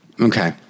Okay